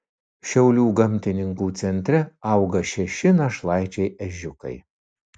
šiaulių gamtininkų centre auga šeši našlaičiai ežiukai